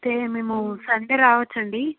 అయితే మేము సండే రావచ్చా అండి